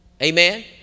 Amen